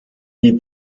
die